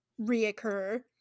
reoccur